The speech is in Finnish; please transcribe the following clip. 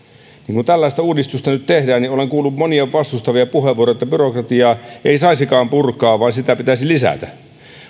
kun tällaista uudistusta nyt tehdään niin olen kuullut monia vastustavia puheenvuoroja että byrokratiaa ei saisikaan purkaa vaan sitä pitäisi lisätä